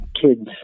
kids